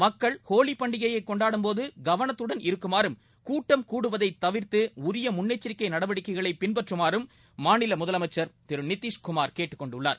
மக்கள் லஹோலி பண்டிகையை கொண்டாடும்போது கவனத்துடன் இருக்குமாறும் கூட்டம் கூடுவதை தவிர்த்து உரிய முன்னெச்சரிக்கை நடவடிக்கைகளை பின்பற்றமாறும் மாநில கேட்டுக்கொண்டுள்ளார்